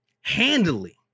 Handily